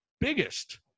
biggest